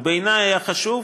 ובעיני היה חשוב